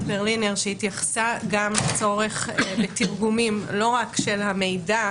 ברלינר שהתייחסה גם לצורך בתרגומים לא רק של המידע